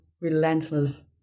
relentless